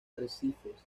arrecifes